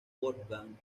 wolfgang